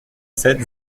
sept